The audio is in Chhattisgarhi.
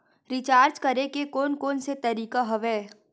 रिचार्ज करे के कोन कोन से तरीका हवय?